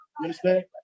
understand